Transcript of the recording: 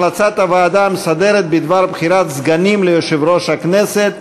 המלצת הוועדה המסדרת בדבר בחירת סגנים ליושב-ראש הכנסת,